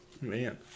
man